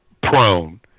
prone